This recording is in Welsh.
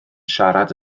siarad